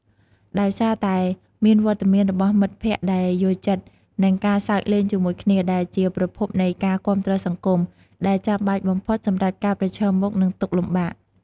ដោយសារតែមានវត្តមានរបស់មិត្តភក្តិដែលយល់ចិត្ត និងការសើចលេងជាមួយគ្នា ដែលជាប្រភពនៃការគាំទ្រសង្គម ដែលចាំបាច់បំផុតសម្រាប់ការប្រឈមមុខនឹងទុក្ខលំបាក។